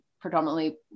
predominantly